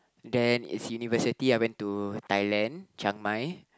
and then it's university I went to Thailand Chiang-mai